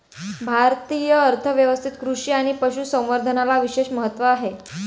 भारतीय अर्थ व्यवस्थेत कृषी आणि पशु संवर्धनाला विशेष महत्त्व आहे